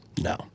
no